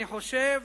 אני חושב